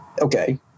Okay